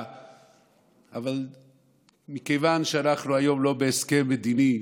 אבל מכיוון שאנחנו היום לא בהסכם מדיני,